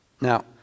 Now